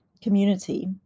community